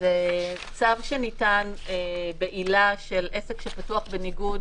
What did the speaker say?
זה צו שניתן בעילה של עסק שפתוח בניגוד